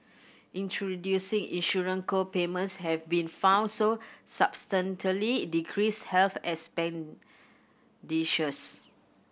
introducing insurance co payments have been found so decrease health expenditures